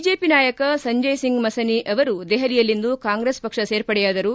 BJP ನಾಯಕ ಸಂಜಯ್ ಸಿಂಗ್ ಮಸನಿ ಅವರು ದೆಹಲಿಯಲ್ಲಿಂದು ಕಾಂಗ್ರೆಸ್ ಪಕ್ಷ ಸೇರ್ಪಡೆಯಾದರು